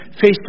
face